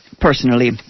Personally